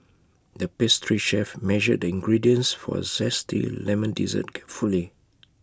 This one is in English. the pastry chef measured the ingredients for A Zesty Lemon Dessert carefully